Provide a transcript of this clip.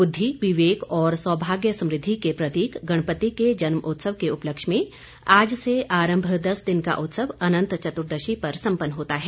बुद्धि विवेक और सौभाग्य समृद्धि के प्रतीक गणपति के जन्मोत्सव के उपलक्ष्य में आज से आरम्भ दस दिन का उत्सव अनन्त चतुर्दशी पर सम्पन्न होता है